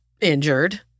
injured